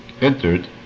entered